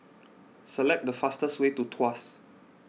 select the fastest way to Tuas